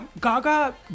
Gaga